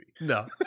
no